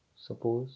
suppose